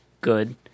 good